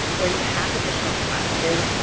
or you have additional questions,